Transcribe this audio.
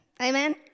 Amen